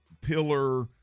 pillar